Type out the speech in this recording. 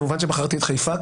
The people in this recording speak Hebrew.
כמובן שבחרתי את חיפה,